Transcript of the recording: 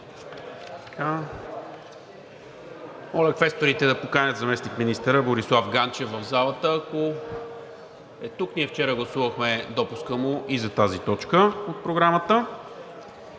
Моля, квесторите, да поканят заместник-министъра Борислав Ганчев в залата, ако е тук. Ние вчера гласувахме допуска му и за тази точка от Програмата.